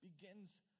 begins